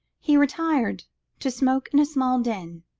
he retired to smoke in a small den,